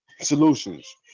solutions